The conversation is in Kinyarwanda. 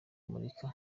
murika